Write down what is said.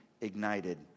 Ignited